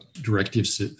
directives